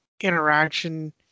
interaction